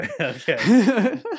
Okay